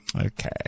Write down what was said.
Okay